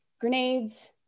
grenades